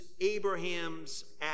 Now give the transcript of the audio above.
Abraham's